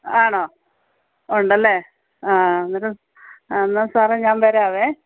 ആണോ ഉണ്ടല്ലേ ആ ആ എന്നിട്ട് എന്നാൽ സാറേ ഞാൻ വരാവേ